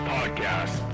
Podcast